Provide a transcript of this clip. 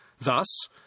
Thus